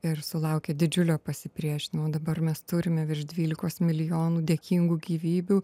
ir sulaukė didžiulio pasipriešinimo dabar mes turime virš dvylikos milijonų dėkingų gyvybių